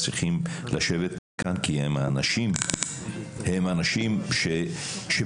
כי הם האנשים שמכתיבים,